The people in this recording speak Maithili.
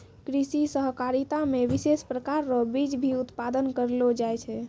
कृषि सहकारिता मे विशेष प्रकार रो बीज भी उत्पादन करलो जाय छै